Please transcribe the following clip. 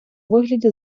вигляді